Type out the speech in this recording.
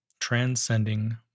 transcending